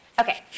Okay